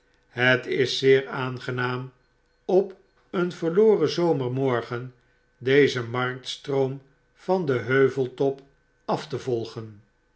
verliest hetis zeer aangenaam op een verloren zomermorgen dezen marktstroom van den heuveltop af te volgen